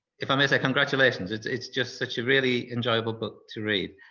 if i may say congratulations, it's it's just such a really enjoyable book to read.